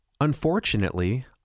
Unfortunately